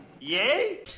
Yay